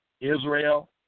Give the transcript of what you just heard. Israel